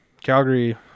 Calgary